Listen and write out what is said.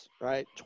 right